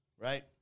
Right